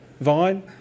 vine